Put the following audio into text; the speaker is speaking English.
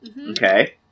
Okay